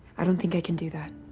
i don't think i can do that.